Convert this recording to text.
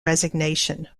resignation